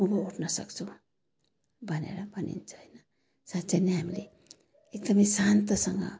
उँभो उठ्न सक्छौँ भनेर भनिन्छ होइन साँच्चै नै हामीले एकदमै शान्तसँग